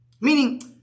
Meaning